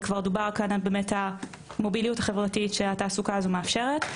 כבר דובר כאן על באמת המוביליות החברתית שהתעסוקה הזו מאפשרת,